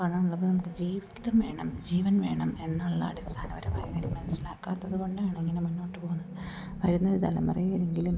പണമുള്ളപ്പോൾ നമുക്ക് ജീവിതം വേണം ജീവൻ വേണം എന്നുള്ള അടിസ്ഥാനം അവർ പലരും മനസ്സിലാകാത്തതു കൊണ്ടാണ് ഇങ്ങനെ മുന്നോട്ട് പോകുന്നത് വരുന്ന ഒരു തലമുറയിൽ എങ്കിലും